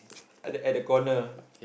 at the at the corner